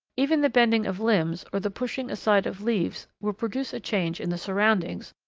even the bending of limbs, or the pushing aside of leaves, will produce a change in the surroundings,